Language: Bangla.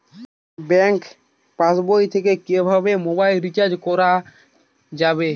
ব্যাঙ্ক পাশবই থেকে কিভাবে মোবাইল রিচার্জ করা যাবে?